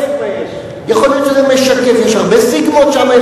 יש הרבה סיגמות שם,